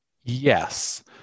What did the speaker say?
Yes